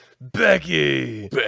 Becky